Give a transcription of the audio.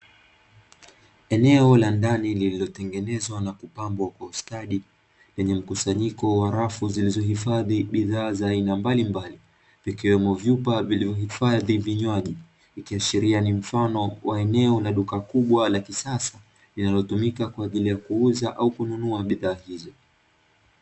Eneo la ndani lililotengenezwa na kupambwa kwa ustadi, lenye mkusanyiko wa rafu, zilizohifadhi bidhaa za aina mbalimbali, ikiwemo vyupa vilivyohifadhi vinywaji. Ikiashiria ni mfano wa eneo la duka kubwa la kisasa, linalotumika kwa ajili ya kuuza au kununua bidhaa hizo.